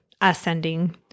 ascending